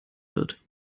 wird